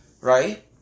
right